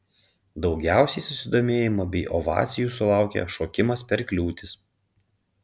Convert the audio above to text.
daugiausiai susidomėjimo bei ovacijų sulaukė šokimas per kliūtis